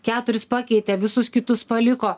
keturis pakeitė visus kitus paliko